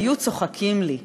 היו צוחקים לי.